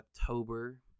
october